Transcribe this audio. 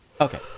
Okay